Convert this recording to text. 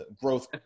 growth